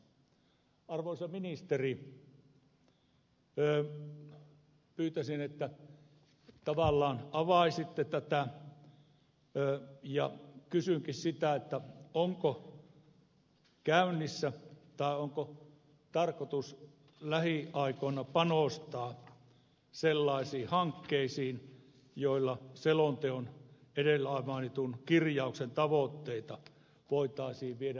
arvoisa ministeri pyytäisin että tavallaan avaisitte tätä ja kysynkin sitä onko käynnissä hankkeita tai onko tarkoitus lähiaikoina panostaa sellaisiin hankkeisiin joilla selonteon edellä mainitun kirjauksen tavoitteita voitaisiin viedä eteenpäin